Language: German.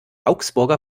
augsburger